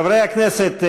חברי הכנסת,